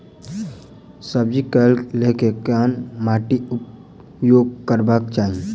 सब्जी कऽ लेल केहन माटि उपयोग करबाक चाहि?